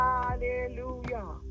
Hallelujah